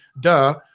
Duh